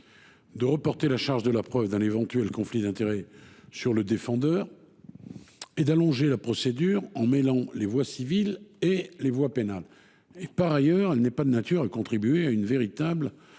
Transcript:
de reporter la charge de la preuve d’un éventuel conflit d’intérêts sur le défendeur et d’allonger la procédure en mêlant les voies civiles et les voies pénales. Par ailleurs, elle n’est pas de nature à contribuer à un véritable